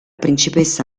principessa